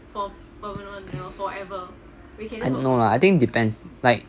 I don't know lah I think depends like